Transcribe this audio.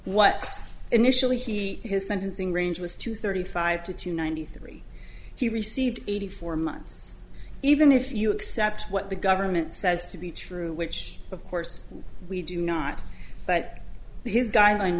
what initially he his sentencing range was two thirty five to two ninety three he received eighty four months even if you accept what the government says to be true which of course we do not but his guideline